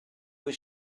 was